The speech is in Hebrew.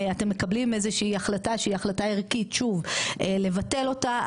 אתם מקבלים איזושהי החלטה שהיא החלטה ערכית שוב לבטל אותה,